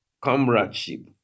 comradeship